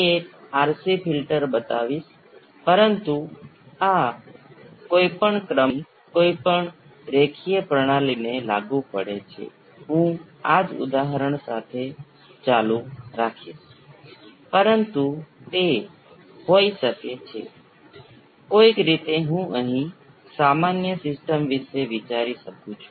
તેથી સ્પષ્ટપણે આના દ્વારા પસાર થતો કરંટ એ V s V cR છે અને આના દ્વારા કરંટ એ આપેલ દિશામાં કેપેસિટરમાં કરંટ અને રેઝિસ્ટરમાં કરંટ વચ્ચેનો તફાવત છે